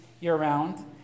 year-round